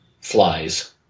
flies